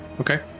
Okay